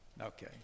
Okay